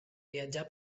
viatjar